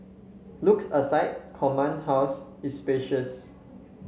looks aside Command House is spacious